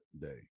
day